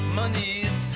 monies